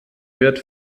wird